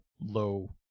low